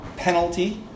penalty